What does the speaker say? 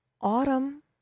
Autumn